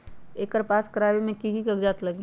एकर पास करवावे मे की की कागज लगी?